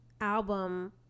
album